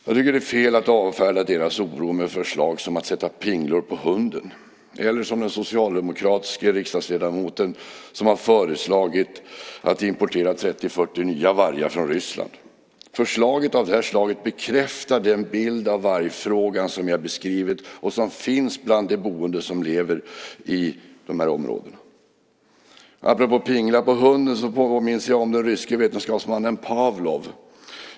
Jag tycker att det är fel att avfärda deras oro med förslag om att sätta pinglor på hunden eller, som en socialdemokratisk riksdagsledamot föreslog, att man skulle importera 30-40 nya vargar från Ryssland. Förslag av det här slaget bekräftar den bild av vargfrågan som jag har beskrivit och som finns bland de boende i dessa områden. Apropå förslaget om pingla på hunden kommer jag att tänka på den ryske vetenskapsmannen Pavlov.